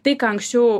tai ką anksčiau